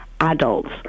adults